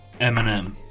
Eminem